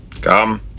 Come